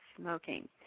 smoking